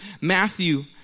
Matthew